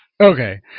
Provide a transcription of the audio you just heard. Okay